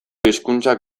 hizkuntzak